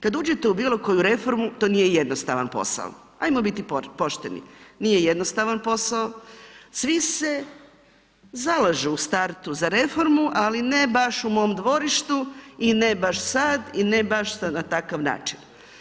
Kada uđete u bilo koju reformu to nije jednostavan posao, ajmo biti pošteni, nije jednostavan posao svi se zalažu u startu za reformu, ali ne baš u mom dvorištu i ne baš sada i ne baš na takav način.